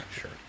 sure